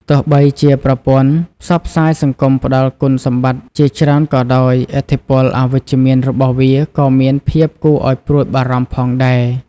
ទោះបីជាប្រព័ន្ធផ្សព្វផ្សាយសង្គមផ្តល់គុណសម្បត្តិជាច្រើនក៏ដោយ ឥទ្ធិពលអវិជ្ជមានរបស់វាក៏មានភាពគួរឲ្យព្រួយបារម្ភផងដែរ។